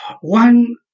One